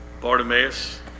Bartimaeus